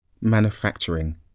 ...manufacturing